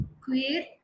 queer